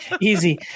easy